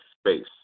space